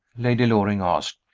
lady loring asked.